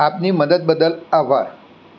આપની મદદ બદલ આભાર